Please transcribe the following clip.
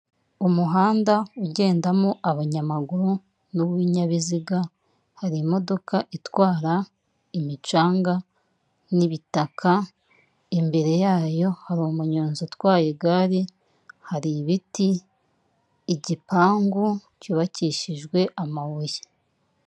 Umuhanda ugendamo abanyamaguru n'binyabiziga imodoka itwara imicanga n'ibitaka, imbere yayo hari umunyonzi utwaye igare, hari ibiti, igipangu cyubakishijwe amabuye.